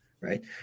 right